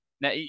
Now